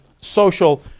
social